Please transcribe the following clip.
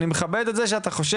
אני מכבד את זה שאתה חושב,